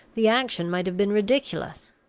the action might have been ridiculous.